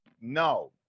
no